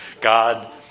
God